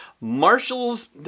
Marshall's